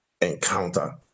encounter